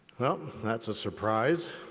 well, that's a surprise.